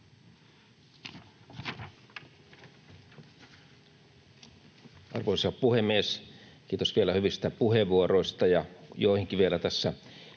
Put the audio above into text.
Arvoisa puhemies! Kiitos vielä hyvistä puheenvuoroista. Joihinkin vielä tässä